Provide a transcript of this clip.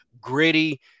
gritty